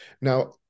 Now